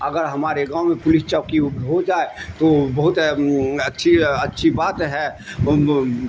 اگر ہمارے گاؤں میں پولیس چوکی ہو جائے تو بہت اچھی اچھی بات ہے